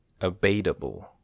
Abatable